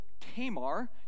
Tamar